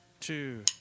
two